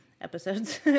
episodes